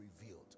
revealed